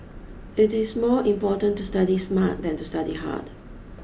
it is more important to study smart than to study hard